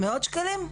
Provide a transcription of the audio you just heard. מאות שקלים,